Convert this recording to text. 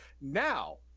now